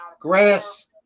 grass